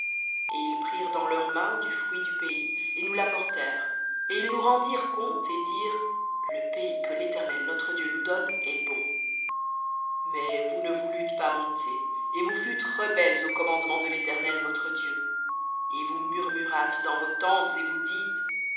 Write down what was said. et ils prirent dans leurs mains du fruit du pays et nous l'apportèrent et ils nous rendirent compte et dirent le pays que l'éternel notre dieu nous donne est bon mais vous ne voulûtes pas monter et vous fûtes rebelles au commandement de l'éternel votre dieu et vous murmurâtes dans vos tentes et vous dîtes